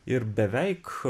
ir beveik